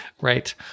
Right